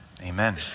Amen